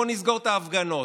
בואו נסגור את ההפגנות.